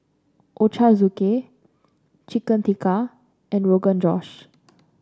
Ochazuke Chicken Tikka and Rogan Josh